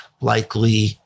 likely